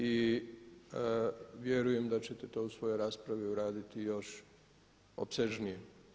I vjerujem da ćete to u svojoj raspravi uraditi još opsežnije.